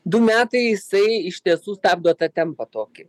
du metai jisai iš tiesų stabdo tą tempą tokį